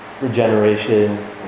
Regeneration